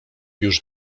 już